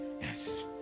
yes